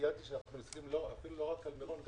ציינתי שאנחנו עורכים בדיקה לא רק על מירון.